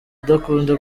udakunda